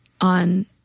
on